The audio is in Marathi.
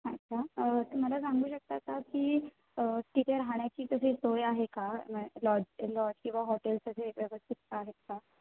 अच्छा की मला सांगू शकता का की तिथे राहण्याची तशी सोय आहे का मये लॉज लॉज किंवा हॉटेल्स अशी व्यवस्थित आहेत का